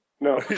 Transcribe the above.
No